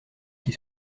qui